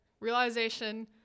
realization